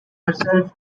herself